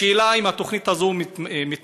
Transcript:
השאלה אם התוכנית הזאת מתממשת,